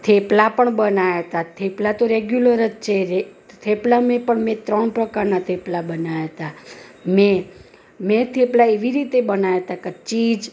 થેપલા પણ બનાયાતા થેપલા તો રેગ્યુલર જ છે થેપલામાં તમે ત્રણ પ્રકારના થેપલા બનાવ્યા હતા મેં થેપલા આવી રીતે બનાવ્યા હતા કે ચીઝ